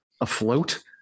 afloat